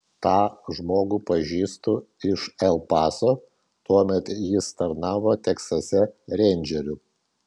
tą žmogų pažįstu iš el paso tuomet jis tarnavo teksase reindžeriu